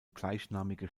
gleichnamige